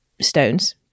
stones